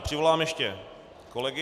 Přivolám ještě kolegy.